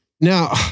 Now